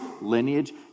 lineage